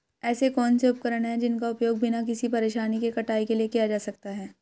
ऐसे कौनसे उपकरण हैं जिनका उपयोग बिना किसी परेशानी के कटाई के लिए किया जा सकता है?